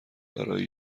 برای